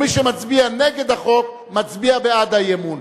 מי שמצביע נגד החוק, מצביע בעד האי-אמון.